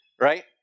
right